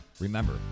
Remember